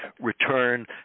return